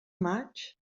maig